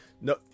no